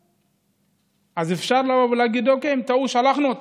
אפשר להגיד שטעו, אז שלחנו אותם,